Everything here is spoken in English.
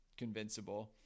convincible